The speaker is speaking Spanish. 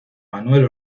manuel